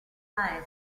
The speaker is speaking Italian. maestri